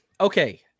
okay